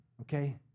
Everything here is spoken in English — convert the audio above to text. okay